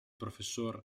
prof